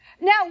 Now